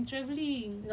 but jauh